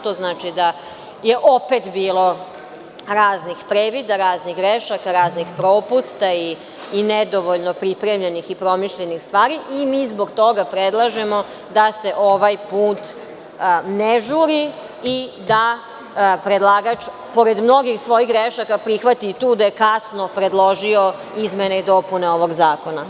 To znači da je opet bilo raznih previda, raznih grešaka, raznih propusta i nedovoljno pripremljenih i promišljenih stvari i mi zbog toga predlažemo da se ovaj put ne žuri i da predlagač, pored mnogih svojih grešaka prihvati i tu da je kasno predložio izmene i dopune ovog zakona.